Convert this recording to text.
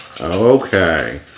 Okay